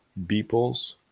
Beeples